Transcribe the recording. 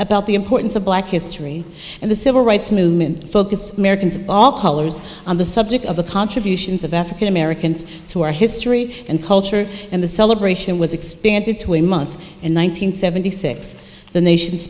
about the importance of black history and the civil rights movement focused americans of all colors on the subject of the contributions of african americans to our history and culture and the celebration was expanded to a month in one thousand nine hundred ninety six the nation